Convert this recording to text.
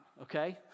Okay